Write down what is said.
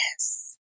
Yes